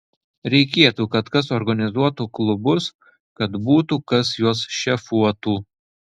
reikėtų kad kas organizuotų klubus kad būtų kas juos šefuotų